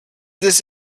this